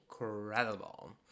incredible